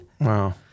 Wow